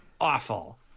awful